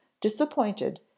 disappointed